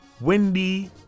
Wendy